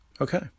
Okay